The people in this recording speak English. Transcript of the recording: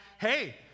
hey